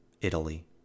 Italy